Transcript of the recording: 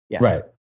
Right